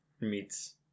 meats